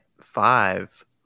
Five